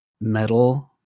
metal